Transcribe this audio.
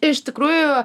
iš tikrųjų